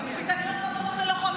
תצפיתניות לא דומות ללוחמים בהקשר הזה.